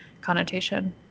connotation